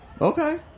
Okay